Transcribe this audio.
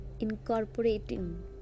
incorporating